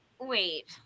Wait